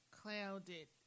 clouded